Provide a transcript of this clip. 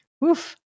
Woof